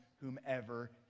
whomever